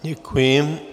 Děkuji.